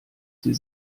sie